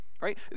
right